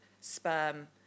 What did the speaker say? sperm